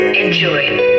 enjoy